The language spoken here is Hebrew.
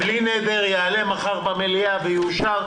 בלי נדר הוא יעלה מחר במליאה ויאושר.